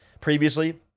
previously